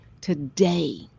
today